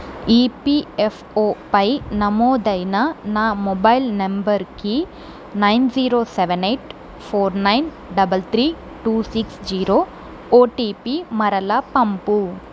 EPFO పై నమోదైన నా మొబైల్ నంబరుకి nine zero seven eight four nine double three two six zero OTP మరలా పంపు